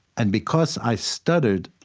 and because i stuttered,